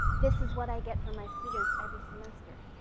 this is what i get from my students every semester.